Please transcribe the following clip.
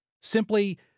Simply